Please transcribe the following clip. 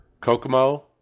Kokomo